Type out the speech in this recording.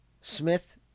Smith